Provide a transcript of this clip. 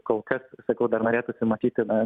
kol kas sakau dar norėtųsi matyti na